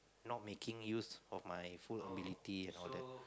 not making use of my full ability and all that